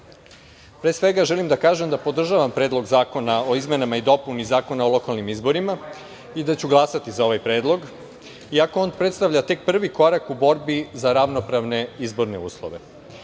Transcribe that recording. Pre svega želim da kažem da podržavam Predlog zakona o izmenama i dopunama Zakon o lokalnim izborima i da ću glasati za ovaj predlog iako on predstavlja tek prvi korak u borbi za ravnopravne izborne